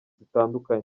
zitandukanye